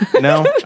No